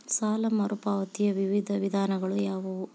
ಸಾಲ ಮರುಪಾವತಿಯ ವಿವಿಧ ವಿಧಾನಗಳು ಯಾವುವು?